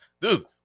Dude